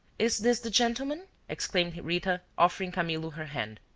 is this the gentleman? exclaimed rita, offering camillo her hand.